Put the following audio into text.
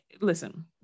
Listen